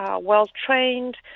well-trained